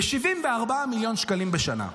ב-74 מיליון שקלים בשנה.